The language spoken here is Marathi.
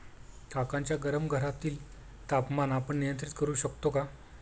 काकांच्या गरम घरातील तापमान आपण नियंत्रित करु शकतो का?